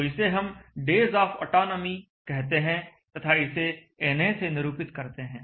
तो इसे हम डेज आफ ऑटोनॉमी कहते हैं तथा इसे na से निरूपित करते हैं